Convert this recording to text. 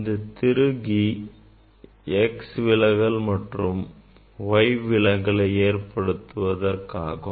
இந்த திருகி x விலகல் மற்றும் y விலகலை ஏற்படுத்துவதற்காகும்